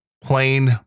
plain